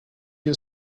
you